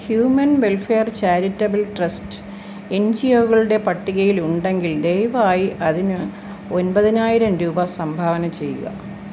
human welfare charitable trust N G O കളുടെ പട്ടികയിൽ ഉണ്ടെങ്കിൽ ദയവായി അതിന് ഒമ്പതിനായിരം രൂപ സംഭാവന ചെയ്യുക